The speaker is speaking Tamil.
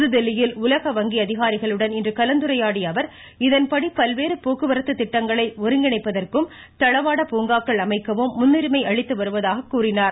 புதுதில்லியில் உலக வங்கி அதிகாரிகளுடன் இன்று கலந்துரையாடிய அவர் இதன்படி பல்வேறு போக்குவரத்து திட்டங்களை ஒருங்கிணைப்பதற்கும் தளவாட பூங்காக்கள் அமைக்கவும் முன்னுரிமை அளித்துவருவதாக அமைச்சர் கூறினார்